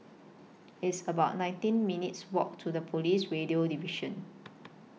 It's about nineteen minutes' Walk to The Police Radio Division